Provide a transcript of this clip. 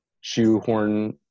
shoehorn